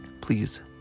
Please